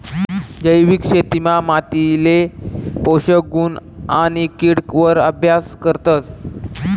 जैविक शेतीमा मातीले पोषक गुण आणि किड वर अभ्यास करतस